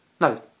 No